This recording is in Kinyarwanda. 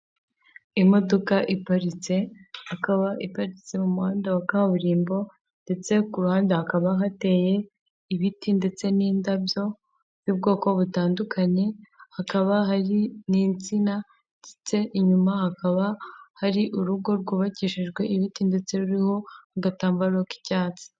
Imodoka iparitse, ikaba iparitse mu muhanda wa kaburimbo, ndetse ku ruhande hakaba hateye ibiti ndetse n'indabyo z'ubwoko butandukanye, hakaba hari n'insina ndetse inyuma hakaba hari urugo rwubakishijwe ibiti, ndetse ruriho agatambaro k'icyatsi.